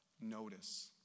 notice